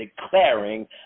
declaring